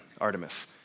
Artemis